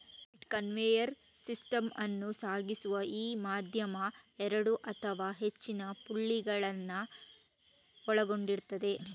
belt conveyor system ಅನ್ನು ಸಾಗಿಸುವ ಈ ಮಾಧ್ಯಮ ಎರಡು ಅಥವಾ ಹೆಚ್ಚಿನ ಪುಲ್ಲಿಗಳನ್ನ ಒಳಗೊಂಡಿರ್ತದೆ